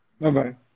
Bye-bye